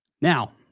Now